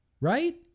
right